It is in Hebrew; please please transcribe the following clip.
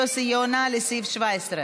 חבר הכנסת יוסי יונה, לסעיף 17,